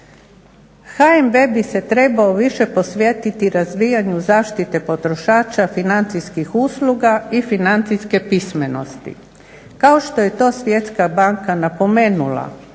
HNB bi se trebao više posvetiti razvijanju zaštite potrošača financijskih usluga i financijske pismenosti kao što je to Svjetska banka napomenula